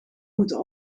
moeten